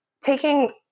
taking